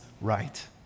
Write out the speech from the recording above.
right